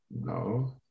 No